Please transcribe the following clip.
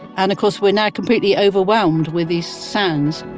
and of course we're now completely overwhelmed with these sounds